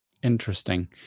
Interesting